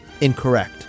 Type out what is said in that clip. incorrect